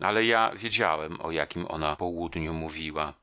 ale ja wiedziałem o jakim ona południu mówiła